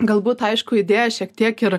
galbūt aišku idėja šiek tiek ir